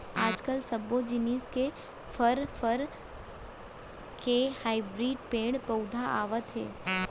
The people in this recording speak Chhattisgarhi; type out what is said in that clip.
आजकाल सब्बो जिनिस के फर, फर के हाइब्रिड पेड़ पउधा आवत हे